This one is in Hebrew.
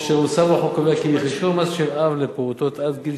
אשר הוסף בחוק קובע כי בחישוב המס של אב לפעוטות עד גיל